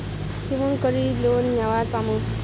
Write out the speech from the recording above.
কেমন করি লোন নেওয়ার পামু?